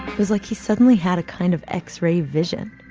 it was like he suddenly had a kind of x-ray vision.